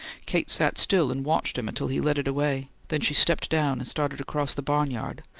kate sat still and watched him until he led it away, then she stepped down and started across the barnyard,